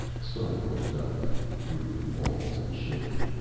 stark looked up at the brooding walls, and shivered.